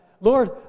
Lord